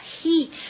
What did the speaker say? heat